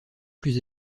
plus